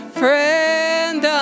friend